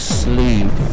sleep